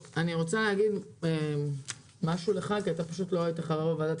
שהייתי שר הייתי חבר בוועדת